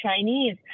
Chinese